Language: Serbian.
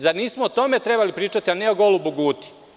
Zar nismo o tome trebali pričati, a ne o golubu Guti?